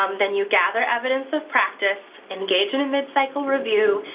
um then you gather evidence of practice, engage in a mid-cycle review,